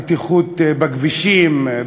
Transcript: בטיחות בכבישים,